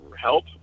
help